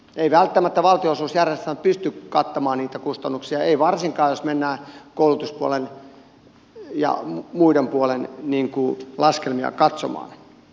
ei välttämättä valtionosuusjärjestelmä pysty kattamaan niitä kustannuksia ei varsinkaan jos mennään koulutuspuolen ja muiden puolien laskelmia katsomaan